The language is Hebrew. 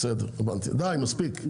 די, מספיק, יש גבול.